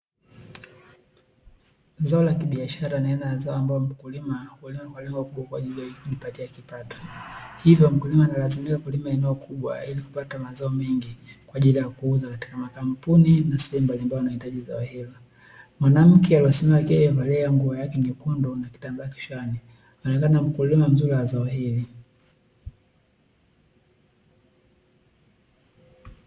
Zao la kibiashara ni aina la zao ambalo mkulima hulima kwa lengo kwa ajili ya kujipatia kipato, hivyo mkulima analazimika kulima eneo kubwa ili kupata mazao mengi kwa ajili ya kuuza katika makampuni na sehemu mbalimbali wanaohitaji zao hilo. Mwanamke aliosimama lakini amevalia nguo yake nyekundu na kitambaa kichwani anaonekana mkulima mzuri wa zao hilo.